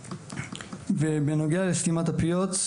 בנוגע לסתימת הפיות,